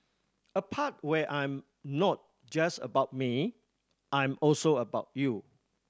a part where I'm not just about me I'm also about you